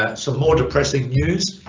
ah some more depressing news,